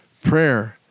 Prayer